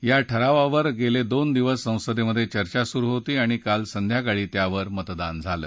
या ठरावावर गेले दोन दिवस संसदेत चर्चा सुरु होती आणि काल संध्याकाळी त्यावर मतदान झालं